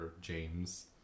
James